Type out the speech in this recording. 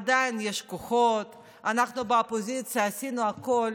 עדיין יש כוחות, אנחנו באופוזיציה עשינו הכול